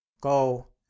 go